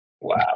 wow